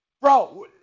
Bro